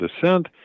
descent